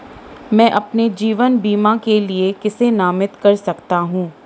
मैं अपने जीवन बीमा के लिए किसे नामित कर सकता हूं?